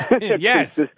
Yes